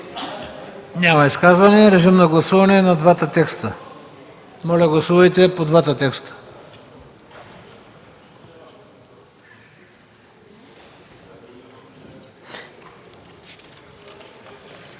Няма изказвания. Режим на гласуване на двата текста. Моля, гласувайте по двата текста.